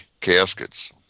caskets